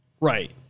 Right